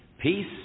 peace